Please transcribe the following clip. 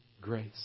grace